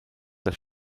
das